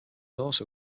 also